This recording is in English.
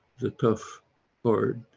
the tough part,